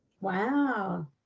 Wow